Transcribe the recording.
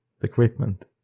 equipment